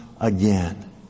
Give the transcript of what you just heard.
again